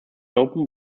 open